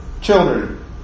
children